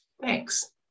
thanks